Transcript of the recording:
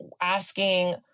asking